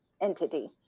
Entity